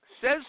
says